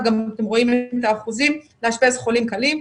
ואתם גם רואים את האחוזים לאשפז חולים קלים.